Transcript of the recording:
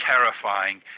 terrifying